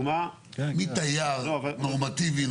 מתייר נורמטיבי,